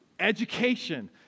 education